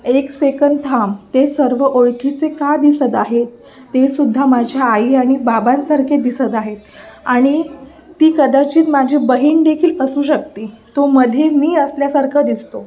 एक सेकंद थांब ते सर्व ओळखीचे का दिसत आहेत तेसुद्धा माझ्या आई आणि बाबांसारखे दिसत आहेत आणि ती कदाचित माझी बहीण देखील असू शकते तो मध्ये मी असल्यासारखा दिसतो